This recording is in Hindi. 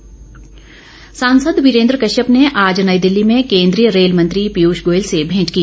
वीरेन्द्र कश्यप सांसद वीरेंद्र कश्यप ने आज नई दिल्ली में केंद्रीय रेल मंत्री पीयूष गोयल से भेंट की